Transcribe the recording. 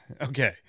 Okay